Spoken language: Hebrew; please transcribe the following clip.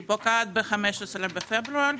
היא פוקעת ב-15 בפברואר.